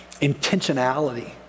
intentionality